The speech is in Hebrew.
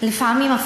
לפעמים,